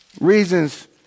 Reasons